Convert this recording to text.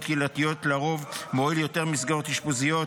קהילתיות לרוב מועיל יותר ממסגרות אשפוזיות.